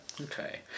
okay